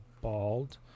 bald